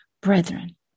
brethren